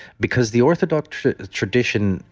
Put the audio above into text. because the orthodox tradition,